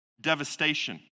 devastation